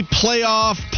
playoff